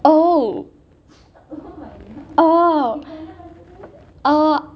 oh oh oh